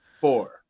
Four